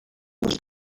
was